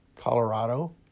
Colorado